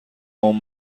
اون